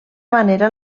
manera